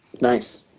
Nice